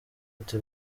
ati